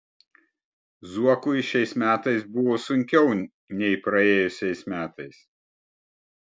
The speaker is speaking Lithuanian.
zuokui šiais metais buvo sunkiau nei praėjusiais metais